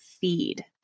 feed